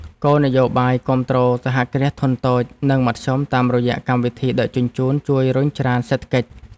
គោលនយោបាយគាំទ្រសហគ្រាសធុនតូច និងមធ្យមតាមរយៈកម្មវិធីដឹកជញ្ជូនជួយរុញច្រានសេដ្ឋកិច្ច។